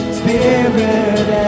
spirit